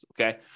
okay